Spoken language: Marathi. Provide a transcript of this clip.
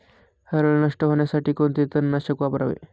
हरळ नष्ट होण्यासाठी कोणते तणनाशक वापरावे?